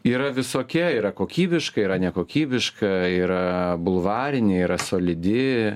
yra visokia yra kokybiška yra nekokybiška yra bulvarinė yra solidi